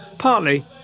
partly